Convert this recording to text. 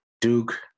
duke